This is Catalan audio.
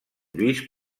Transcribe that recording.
lluís